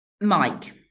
Mike